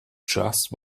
just